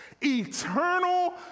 eternal